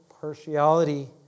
partiality